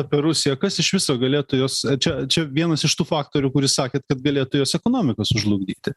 apie rusiją kas iš viso galėtų jos čia čia vienas iš tų faktorių kuris sakėt kad galėtų jos ekonomiką sužlugdyti